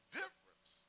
difference